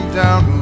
down